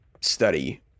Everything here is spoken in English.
study